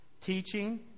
Teaching